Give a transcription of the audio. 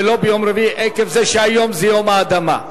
ולא ביום רביעי עקב זה שהיום זה יום האדמה.